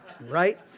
Right